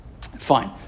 fine